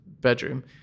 bedroom